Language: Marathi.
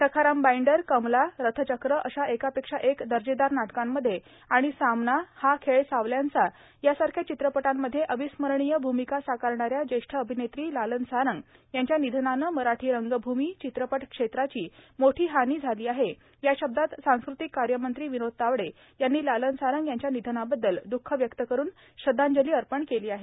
सखाराम बाईंडर कमला रथचक्र अशा एकापेक्षा एक दर्जेदार नाटकांमध्ये आणि सामना हा खेळ सावल्यांचा सारख्या चित्रपटांमध्ये अविस्मरणीय भूमिका साकारणाऱ्या ज्येष्ठ अभिनेत्री लालन सारंग यांच्या निधनाने मराठी रंगभूमी चित्रपट क्षेत्राची मोठी हानी झाली आहे या शब्दांत सांस्कृतिक कार्यमंत्री विनोद तावडे यांनी लालन सारंग यांच्या निधनाबद्दल द्ःख व्यक्त करुन श्रद्वांजली अर्पण केली आहे